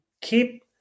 keep